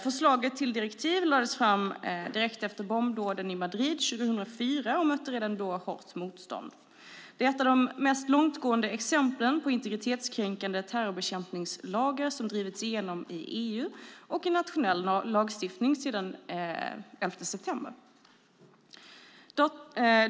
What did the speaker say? Förslag till direktiv lades fram direkt efter bombdåden i Madrid 2004 och mötte redan då hårt motstånd. Det är ett av de mest långtgående exemplen på integritetskränkande terrorbekämpningslagar som drivits igenom i EU och i nationell lagstiftning sedan den 11 september.